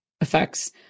effects